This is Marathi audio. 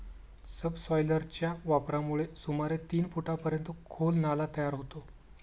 सबसॉयलरच्या वापरामुळे सुमारे तीन फुटांपर्यंत खोल नाला तयार होतो